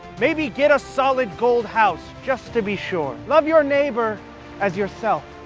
maybe get a solid gold house just to be sure. love your neighbor as yourself,